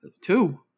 Two